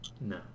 No